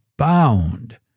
Bound